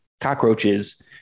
cockroaches